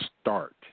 start